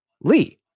Lee